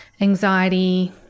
anxiety